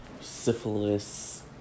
syphilis